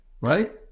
right